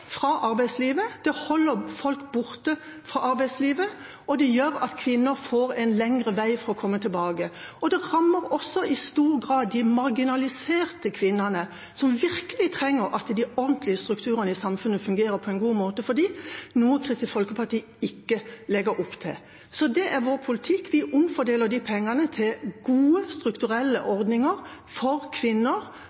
fra arbeidslivet, det holder folk borte fra arbeidslivet, og det gjør at kvinner får en lengre vei for å komme tilbake. Det rammer også i stor grad de marginaliserte kvinnene, som virkelig trenger at de ordentlige strukturene i samfunnet fungerer på en god måte for dem, noe Kristelig Folkeparti ikke legger opp til. Så det er vår politikk: Vi omfordeler pengene til gode strukturelle